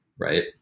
right